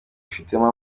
ifitemo